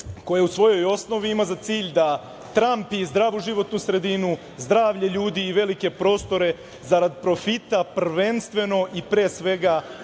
koja u svojoj osnovi ima za cilj da trampi zdravu životnu sredinu, zdravlje ljudi i velike prostore zarad profita prvenstveno i pre svega